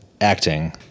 Acting